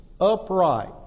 upright